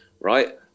right